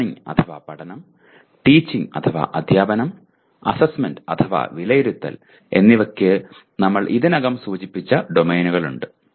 learning അഥവാ പഠനം teaching അഥവാ അദ്ധ്യാപനം അസ്സെസ്സ്മെന്റ് അഥവാ വിലയിരുത്തൽ എന്നിവക്ക് നമ്മൾ ഇതിനകം സൂചിപ്പിച്ച ഡൊമെയ്നുകളുണ്ട്